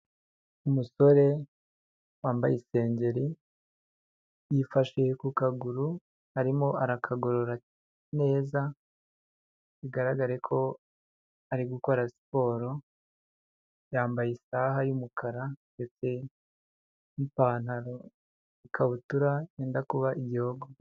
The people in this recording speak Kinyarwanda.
Umusore wambaye isengeri, yifashe ku kaguru arimo arakagorora neza bigaragare ko ari gukora siporo, yambaye isaha y'umukara ndetse n'ipantaro, ikabutura yenda kuba igihogo.